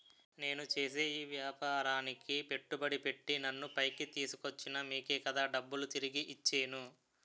నేను చేసే ఈ వ్యాపారానికి పెట్టుబడి పెట్టి నన్ను పైకి తీసుకొచ్చిన మీకే కదా డబ్బులు తిరిగి ఇచ్చేను